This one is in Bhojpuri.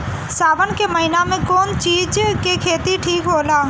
सावन के महिना मे कौन चिज के खेती ठिक होला?